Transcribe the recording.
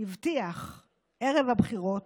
הבטיח ערב הבחירות,